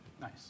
Nice